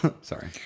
Sorry